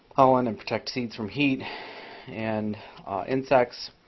pollen and protects seeds from heat and insects.